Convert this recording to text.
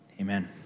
amen